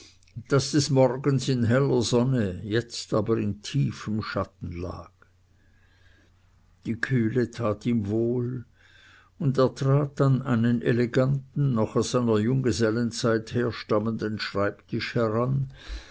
das des morgens in heller sonne jetzt aber in tiefem schatten lag die kühle tat ihm wohl und er trat an einen eleganten noch aus seiner junggesellenzeit herstammenden schreibtisch heran